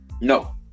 No